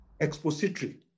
expository